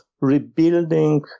rebuilding